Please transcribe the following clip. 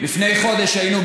לפני חודש היינו,